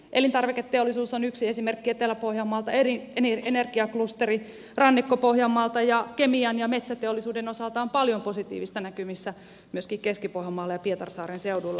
elintarviketeollisuus on yksi esimerkki etelä pohjanmaalta energiaklusteri rannikko pohjanmaalta ja kemian ja metsäteollisuuden osalta on paljon positiivista näkyvissä myöskin keski pohjanmaalla ja pietarsaaren seudulla